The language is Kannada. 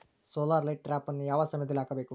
ಸೋಲಾರ್ ಲೈಟ್ ಟ್ರಾಪನ್ನು ಯಾವ ಸಮಯದಲ್ಲಿ ಹಾಕಬೇಕು?